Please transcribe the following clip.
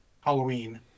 Halloween